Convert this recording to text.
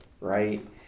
right